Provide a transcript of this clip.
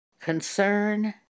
Concern